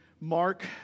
Mark